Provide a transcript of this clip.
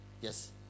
Yes